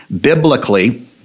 Biblically